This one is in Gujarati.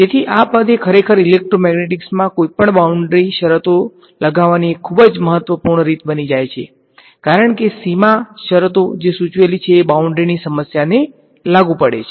તેથીઆ પદ એ ખરેખર ઇલેક્ટ્રોમેગ્નેટિકમાં કોઈપણ બાઉન્ડ્રી શરતો લગાવાની એક ખૂબ જ મહત્વપૂર્ણ રીત બની જાય છે કારણ કે સીમા શરતો જે સૂચવેલી છે એ બાઉંન્ડ્રીની સમસ્યાને લાગુ પડે છે